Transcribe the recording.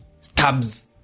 stabs